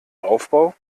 aufbau